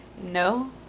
no